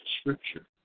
Scripture